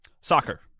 Soccer